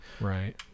Right